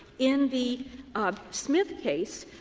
in the smith case,